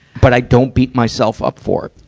but i don't beat myself up for it.